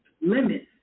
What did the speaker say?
limits